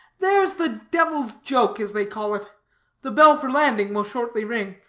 there's the devil's joke, as they call it the bell for landing will shortly ring.